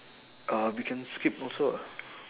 uh we can skip also ah